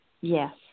Yes